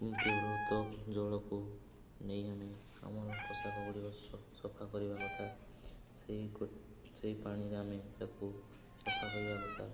ଜଳକୁ ନେଇ ଆମେ ଆମର ପୋଷାକ ଗୁଡ଼ିକ ସଫା କରିବା କଥା ସେଇ ସେଇ ପାଣିରେ ଆମେ ତାକୁ ସଫା କରିବା କଥା